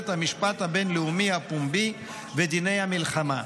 המשפט הבין-לאומי הפומבי ודיני המלחמה.